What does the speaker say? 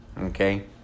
Okay